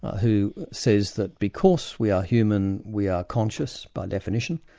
who says that because we are human, we are conscious by definition,